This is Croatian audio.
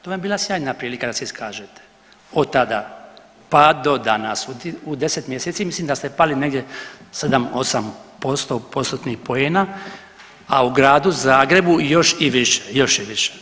To vam je bila sjajna prilika da se iskažete, otada pa do danas, u 10 mjeseci, mislim da ste pali negdje 7, 8%, postotnih poena, a u Gradu Zagrebu još i više, još i više.